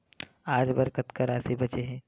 आज बर कतका राशि बचे हे?